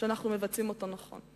שאנחנו מבצעים הוא נכון.